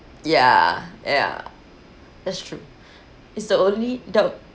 ya ya that's true it's the only the